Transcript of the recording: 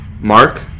Mark